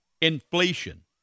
Inflation